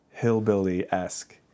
hillbilly-esque